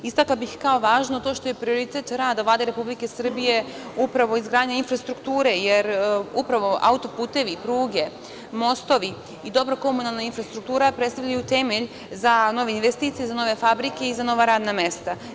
Istakla bih kao važno to što je prioritet rada Vlade Republike Srbije, upravo izgradnja infrastrukture, jer upravo auto-putevi, pruge, mostovi i dobra komunalna infrastruktura predstavljaju temelj za nove investicije, za nove fabrike i za nova radna mesta.